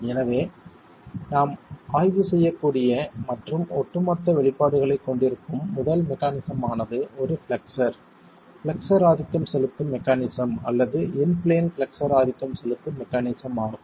எனவே நாம் ஆய்வு செய்யக்கூடிய மற்றும் ஒட்டுமொத்த வெளிப்பாடுகளைக் கொண்டிருக்கும் முதல் மெக்கானிஸம் ஆனது ஒரு பிளக்ஸர் பிளக்ஸர் ஆதிக்கம் செலுத்தும் மெக்கானிஸம் அல்லது இன் பிளேன் பிளக்ஸர் ஆதிக்கம் செலுத்தும் மெக்கானிஸம் ஆகும்